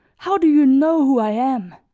how do you know who i am?